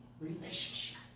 relationship